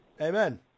Amen